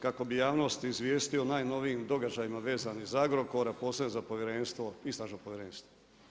Kako bi javnosti izvijestio o najnovijim događajima vezani za Agrokor, a posebno zapovjedništvo, Istražno povjerenstvo.